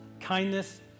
kindness